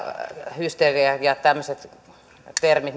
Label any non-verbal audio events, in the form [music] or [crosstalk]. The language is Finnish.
hysteria ja ja tämmöiset termit [unintelligible]